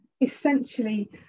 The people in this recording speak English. essentially